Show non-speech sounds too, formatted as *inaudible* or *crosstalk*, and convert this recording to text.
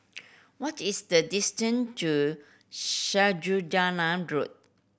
what is the distant to *unintelligible* Road